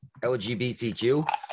LGBTQ